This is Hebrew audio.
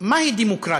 מהי דמוקרטיה?